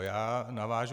Já navážu.